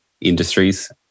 industries